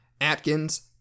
Atkins